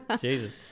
Jesus